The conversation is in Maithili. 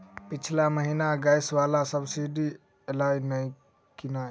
पिछला महीना गैस वला सब्सिडी ऐलई की नहि?